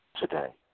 today